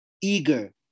eager